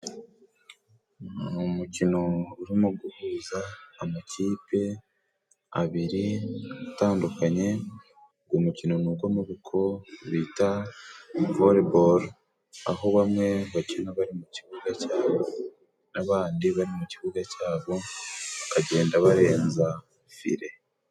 Ni umukino urimo guhuza amakipe abiri atandukanye ugwo umukino ni ugw'amaboko bita volebolo aho bamwe bakina bari mu kibuga cyabo n'abandi bari mu kibuga cyabo bakagenda barenza fire.